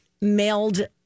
mailed